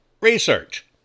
research